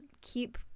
keep